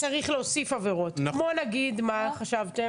הבנתי, אז צריך להוסיף עבירות, כמו נגיד מה חשבתם?